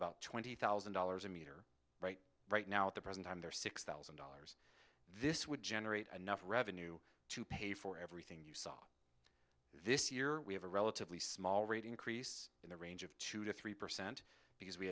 about twenty thousand dollars a metre right right now at the present time there are six thousand dollars this would generate enough revenue to pay for everything you saw this year we have a relatively small rate increase in the range of two to three percent because we